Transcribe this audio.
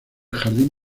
jardín